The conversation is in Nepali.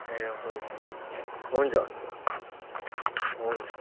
ए हुन्छ हुन्छ हुन्छ हुन्छ हुन्छ हुन्छ